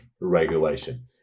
regulation